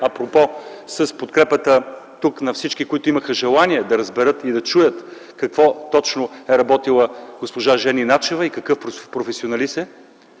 апропо с подкрепата на всички, които имаха желание да разберат и да чуят какво точно е работила госпожа Жени Начева и какъв професионалист е?